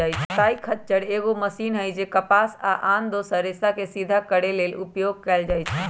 कताइ खच्चर एगो मशीन हइ जे कपास आ आन दोसर रेशाके सिधा करे लेल उपयोग कएल जाइछइ